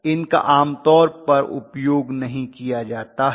इनका आमतौर पर उपयोग नहीं किया जाता है